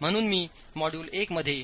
म्हणून मी मॉड्यूल 1 मध्ये